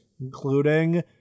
including